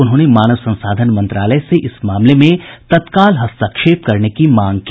उन्होंने मानव संसाधन मंत्रालय से इस मामले में तत्काल हस्तक्षेप करने की मांग की